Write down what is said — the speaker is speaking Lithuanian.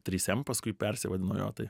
trys m paskui persivadino jo tai